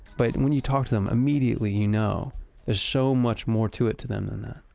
but when you talk to them, immediately you know there's so much more to it to them than that